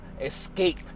escape